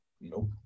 Nope